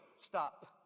Stop